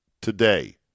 today